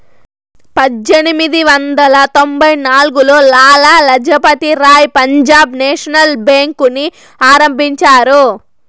పజ్జేనిమిది వందల తొంభై నాల్గులో లాల లజపతి రాయ్ పంజాబ్ నేషనల్ బేంకుని ఆరంభించారు